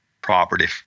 property